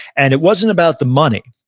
and it wasn't about the money.